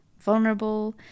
vulnerable